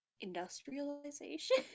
Industrialization